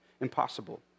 impossible